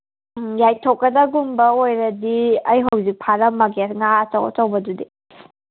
ꯎꯝ ꯉꯥꯏꯊꯣꯛꯀꯗꯒꯨꯝꯕ ꯑꯣꯏꯔꯗꯤ ꯑꯩ ꯍꯧꯖꯤꯛ ꯐꯥꯔꯝꯃꯒꯦ ꯉꯥ ꯑꯆꯧ ꯑꯆꯧꯕꯗꯨꯗꯤ